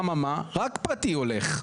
אממה, רק פרטי הולך.